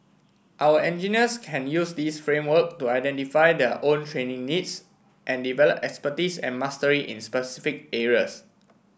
our engineers can use this framework to identify their own training needs and develop expertise and mastery in specific areas